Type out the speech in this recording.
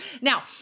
Now